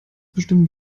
bestimmen